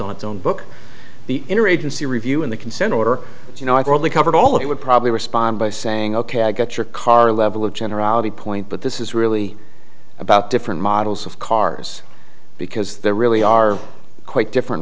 on its own book the interagency review in the consent order you know i probably covered all of it would probably respond by saying ok i get your car level of generality point but this is really about different models of cars because there really are quite different